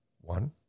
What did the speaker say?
One